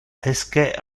esque